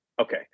Okay